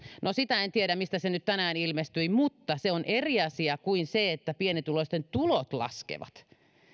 no sitä en tiedä mistä se nyt tänään ilmestyi mutta se on eri asia kuin se että pienituloisten tulot laskevat